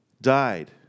died